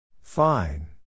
Fine